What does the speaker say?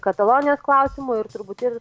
katalonijos klausimu ir turbūt ir